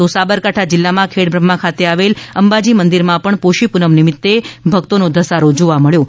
તો સાબરકાંઠા જિલ્લામાં ખેડબ્રહ્મા ખાતે આવેલ અંબાજી મંદિરમાં પણ પોષી પૂનમ નિમિત્તે ભક્તોનો ધસારો જોવા મળ્યો હતો